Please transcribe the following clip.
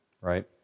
right